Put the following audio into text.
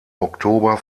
oktober